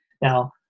Now